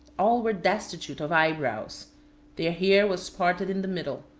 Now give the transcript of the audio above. all were destitute of eyebrows their hair was parted in the middle,